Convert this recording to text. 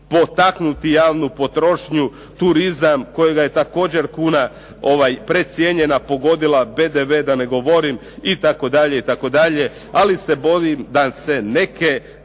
potaknuti javnu potrošnju, turizam kojega je također kuna precijenjena pogodila, PDV da ne govorim itd. Ali se bojim da se neke